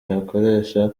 nakoresha